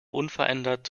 unverändert